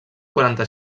quaranta